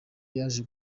yaje